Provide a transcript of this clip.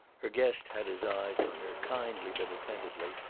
her guest had his eyes on her, kindly but attentively,